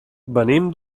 venim